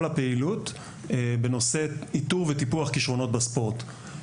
הפעילות בנושא איתור וטיפוח כישרונות בספורט.